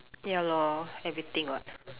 ya lor everything what